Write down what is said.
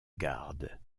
garde